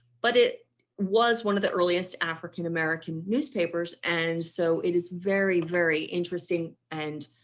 but it was one of the earliest african american newspapers and so it is very, very interesting and